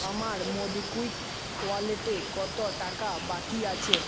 আমার মোবিকুইক ওয়ালেটে কতো টাকা বাকি আছে